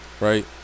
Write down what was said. Right